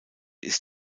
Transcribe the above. ist